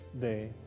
day